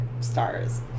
stars